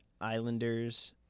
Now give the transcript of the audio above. Islanders